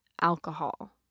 alcohol